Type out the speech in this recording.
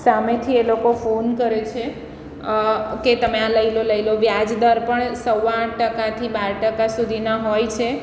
સામેથી એ લોકો ફોન કરે છે કે તમે આ લઈ લો લઈ લો વ્યાજદર પણ સવા આઠ ટકાથી બાર ટકા સુધીના હોય છે